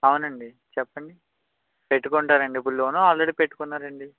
అవునండి చెప్పండి పెట్టుకుంటారా అండి ఇప్పుడు లోన్ ఆల్రెడీ పెట్టుకున్నారా అండి